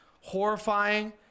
horrifying